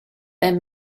there